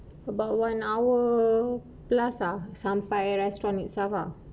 about one hour plus ah some sampai restaurant itself ah